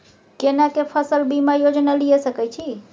केना के फसल बीमा योजना लीए सके छी?